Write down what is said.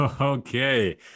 Okay